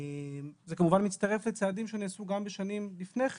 זה כמובן מצטרף לצעדים שנעשו גם בשנים שלפני כן.